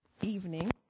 evening